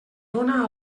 dóna